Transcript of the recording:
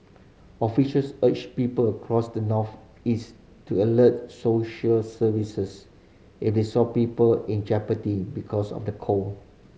officials urged people across the northeast to alert social services if they saw people in jeopardy because of the cold